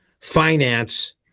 finance